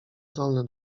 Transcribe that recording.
zdolny